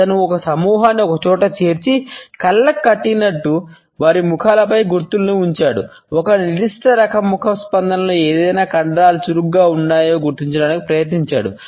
అతను ఈ సమూహాన్ని ఒకచోట చేర్చి కళ్ళకు కట్టినట్లు వారి ముఖాలపై గుర్తులను ఉంచాడు ఒక నిర్దిష్ట రకం ముఖ ప్రతిస్పందనలో ఏ రకమైన కండరాలు చురుకుగా ఉన్నాయో గుర్తించడానికి ప్రయత్నించాడు